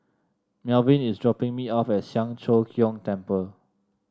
Melvyn is dropping me off at Siang Cho Keong Temple